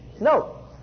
No